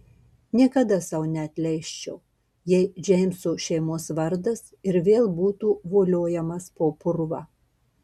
niekada sau neatleisčiau jei džeimso šeimos vardas ir vėl būtų voliojamas po purvą